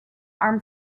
arm